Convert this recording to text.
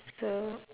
so